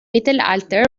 mittelalter